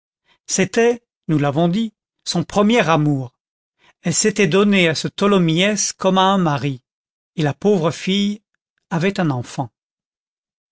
c'était nous l'avons dit son premier amour elle s'était donnée à ce tholomyès comme à un mari et la pauvre fille avait un enfant